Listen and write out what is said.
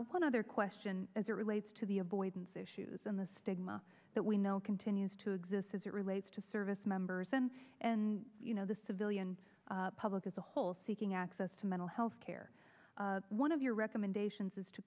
one other question as it relates to the avoidance issues and the stigma that we know continues to exist as it relates to servicemembers and and you know the civilian public as a whole seeking access to mental health care one of your recommendations is to